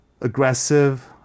aggressive